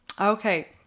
Okay